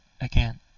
again